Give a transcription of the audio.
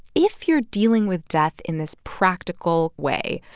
if you're dealing with death in this practical way,